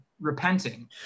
Repenting